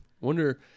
wonder